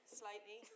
slightly